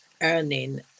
earning